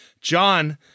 John